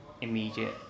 immediate